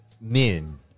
Men